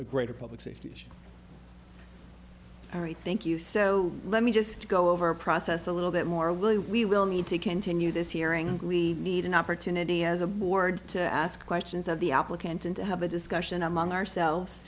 a greater public safety thank you so let me just go over process a little bit more will we will need to continue this hearing we need an opportunity as a board to ask questions of the applicant and to have a discussion among ourselves